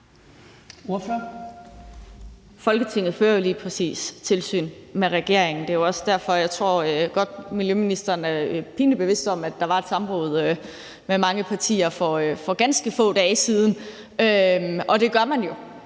Folketinget fører jo lige præcis tilsyn med regeringen. Det er jo også derfor, jeg tror, at miljøministeren godt er pinligt bevidst om, at der var et samråd med mange partier for ganske få dage siden. Det gør man jo